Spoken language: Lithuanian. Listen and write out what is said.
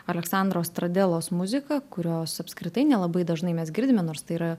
aleksandro stradelos muzika kurios apskritai nelabai dažnai mes girdime nors tai yra